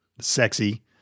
Sexy